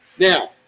Now